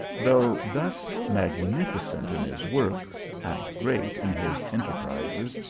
though thus magnificent in his works, and great in his enterprises,